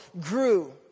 grew